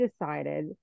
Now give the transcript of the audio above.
decided